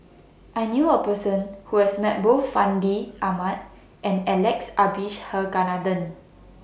I knew A Person Who has Met Both Fandi Ahmad and Alex Abisheganaden